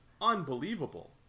unbelievable